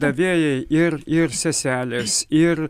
davėjai ir ir seselės ir